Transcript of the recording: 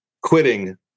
quitting